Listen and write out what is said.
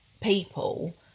people